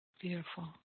Beautiful